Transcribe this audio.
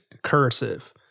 cursive